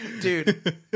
Dude